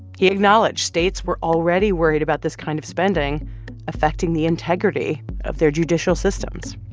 he acknowledged states were already worried about this kind of spending affecting the integrity of their judicial systems